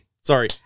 Sorry